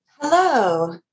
Hello